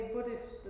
Buddhist